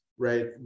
Right